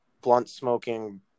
blunt-smoking